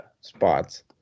spots